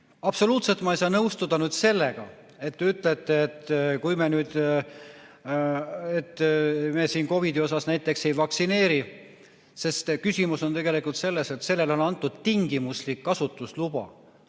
Absoluutselt ma ei saa nõustuda sellega, mis te ütlete, et kui me nüüd COVID‑i vastu näiteks ei vaktsineeri jne, sest küsimus on tegelikult selles, et sellele on antud tingimuslik kasutusluba.